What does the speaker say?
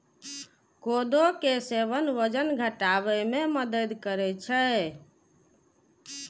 कोदो के सेवन वजन घटाबै मे मदति करै छै